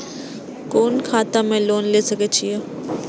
कोन खाता में लोन ले सके छिये?